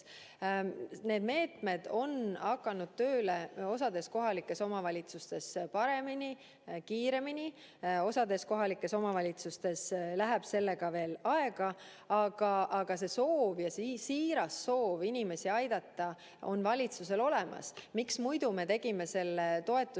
Need meetmed on hakanud tööle osas kohalikes omavalitsustes paremini, kiiremini, osas kohalikes omavalitsustes läheb sellega veel aega. Aga siiras soov inimesi aidata on valitsusel olemas. Miks muidu me tegime selle toetuse